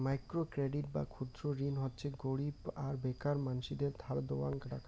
micro credit বা ক্ষুদ্র ঋণ হচ্যে গরীব আর বেকার মানসিদের ধার দেওয়াং টাকা